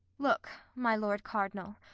look, my lord cardinal,